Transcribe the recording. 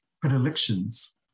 predilections